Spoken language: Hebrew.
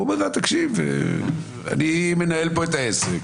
הוא אומר לו: אני מנהל פה את העסק.